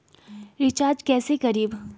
Recharge कैसे करीब?